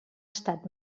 estat